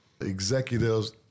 executives